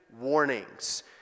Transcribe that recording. warnings